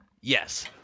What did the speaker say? Yes